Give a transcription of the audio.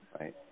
right